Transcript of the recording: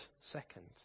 second